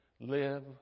live